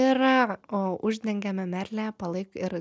ir uždengiame merle palaik ir